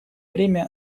время